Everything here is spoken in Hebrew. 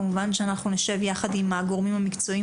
כמובן שאנחנו נשב יחד עם הגורמים המקצועיים